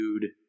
dude